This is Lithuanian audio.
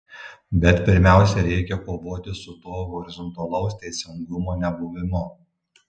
bet pirmiausia reikia kovoti su tuo horizontalaus teisingumo nebuvimu